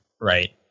right